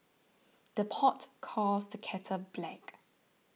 the pot calls the kettle black